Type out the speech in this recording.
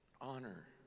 honor